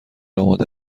آماده